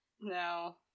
No